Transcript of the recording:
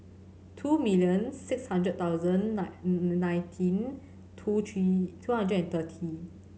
two millions six hundred thousand nine nineteen two three two hundred and thirty